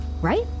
right